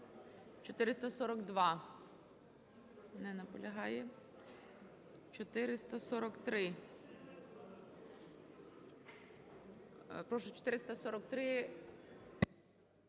442. Не наполягає. 443. Прошу, 443.